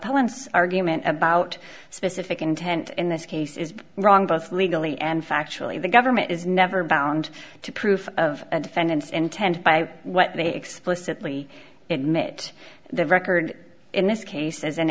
opponents argument about specific intent in this case is wrong both legally and factually the government is never bound to proof of a defendant's intent by what they explicitly admit the record in this case as in